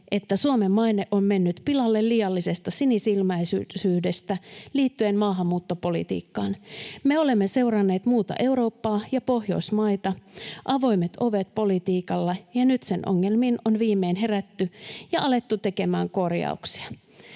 että Suomen maine on mennyt pilalle liiallisesta sinisilmäisyydestä liittyen maahanmuuttopolitiikkaan. Me olemme seuranneet muuta Eurooppaa ja Pohjoismaita avoimet ovet ‑politiikalla, ja nyt sen ongelmiin on viimein herätty ja alettu tekemään korjauksia.